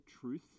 truth